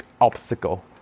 obstacle